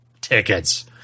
tickets